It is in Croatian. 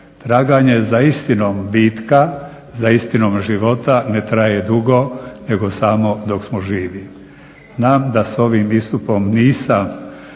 Traganje za istinom bitka, za istinom života ne traje dugo nego samo dok smo živi. Znam da s ovim istupom nisam